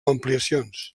ampliacions